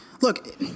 Look